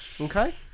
Okay